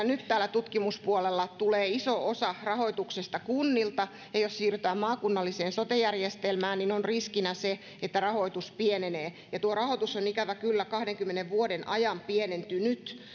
nyt täällä tutkimuspuolella iso osa rahoituksesta tulee kunnilta ja jos siirrytään maakunnalliseen sote järjestelmään niin on riskinä se että rahoitus pienenee ja tuo rahoitus on ikävä kyllä kahdenkymmenen vuoden ajan pienentynyt